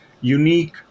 unique